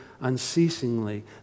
unceasingly